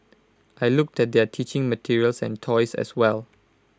I looked at their teaching materials and toys as well